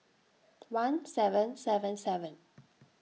one seven seven seven